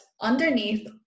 underneath